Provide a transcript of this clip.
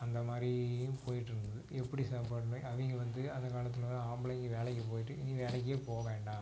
அந்த மாதிரியும் போயிட்ருந்தது எப்படி சாப்பாடு அவங்க வந்து அந்தக் காலத்தில் உள்ள ஆம்பளைங்க வேலைக்கு போயிட்டு நீ வேலைக்கே போகவேண்டாம்